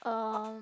um